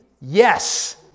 Yes